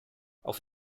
auf